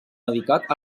dedicat